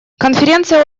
конференция